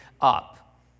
up